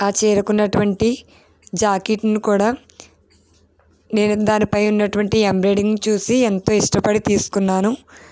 ఆ చీరకు ఉన్నటువంటి జాకెట్ని కూడా నేను దానిపై ఉన్నటువంటి ఎంబ్రాయిడింగ్ చూసి ఎంతో ఇష్టపడి తీసుకున్నాను